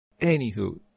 Anywho